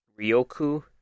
Ryoku